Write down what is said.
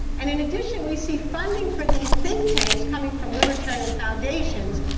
and in addition, we see funding for these think tanks coming from libertarian foundations.